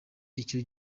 icyo